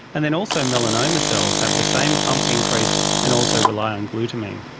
and then also melanoma cells have the same pump increased and also rely on glutamine.